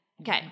Okay